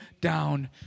down